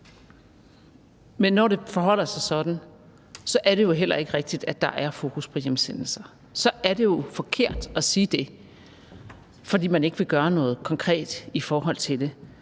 Men når det forholder sig sådan, er det jo heller ikke rigtigt, at der er fokus på hjemsendelser. Så er det jo forkert at sige det, fordi man ikke vil gøre noget konkret i forhold til det.